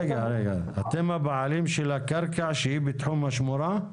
רגע, אתם הבעלים של הקרקע שהיא בתחום השמורה?